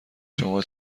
شما